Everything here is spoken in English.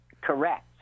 Correct